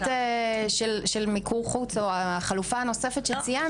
של מיקור חוץ או החלופה הנוספת שציינת.